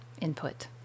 input